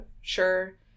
sure